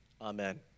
amen